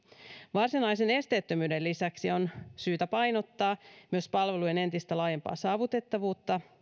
varsinaisen esteettömyyden lisäksi on syytä painottaa myös palvelujen entistä laajempaa saavutettavuutta